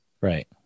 Right